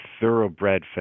thoroughbred